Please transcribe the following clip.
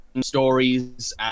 Stories